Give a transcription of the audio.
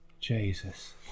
Jesus